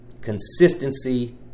consistency